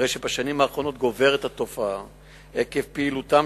הרי שבשנים האחרונות גוברת התופעה עקב פעילותם